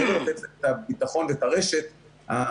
מעבר לתת את הביטחון ואת הרשת הקיימת,